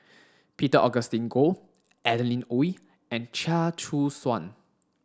Peter Augustine Goh Adeline Ooi and Chia Choo Suan